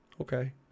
Okay